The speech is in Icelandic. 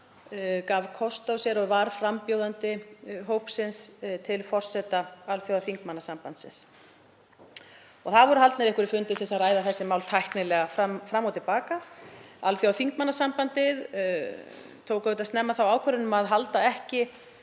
gaf kost á sér og var frambjóðandi hópsins til forseta Alþjóðaþingmannasambandsins. Það voru haldnir nokkrir fundir til að ræða þessi mál tæknilega fram og til baka. Alþjóðaþingmannasambandið tók snemma þá ákvörðun að halda ekki